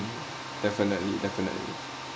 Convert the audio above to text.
um definitely definitely